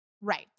Right